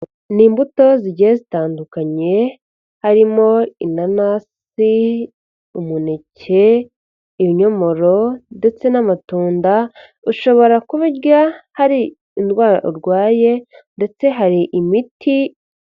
Ni imbuto zigiye zitandukanye, harimo inanasi, umuneke, ibinyomoro ndetse n'amatunda, ushobora kubirya hari indwara urwaye ndetse hari imiti.